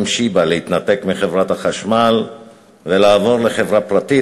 שיבא להתנתק מחברת החשמל ולעבור לחברה פרטית,